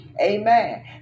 Amen